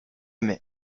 may